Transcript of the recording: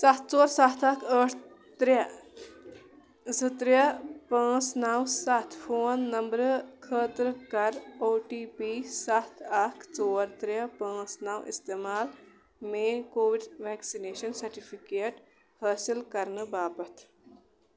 سَتھ ژور سَتھ اَکھ ٲٹھ ترٛےٚ زٕ ترٛےٚ پانٛژھ نَو سَتھ فون نمبرٕ خٲطرٕ کر او ٹی پی سَتھ اَکھ ژور ترٛےٚ پانٛژھ نَو استعمال میٲنۍ کووِڈ ویکسِنیشن سرٹِفِکیٹ حٲصِل کرنہٕ باپتھ